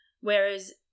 Whereas